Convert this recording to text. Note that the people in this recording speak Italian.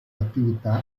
attività